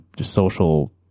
social